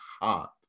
heart